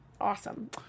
awesome